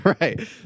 right